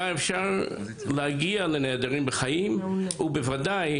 היה אפשר להגיע לנעדרים בחיים ובוודאי